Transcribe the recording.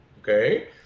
okay